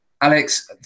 Alex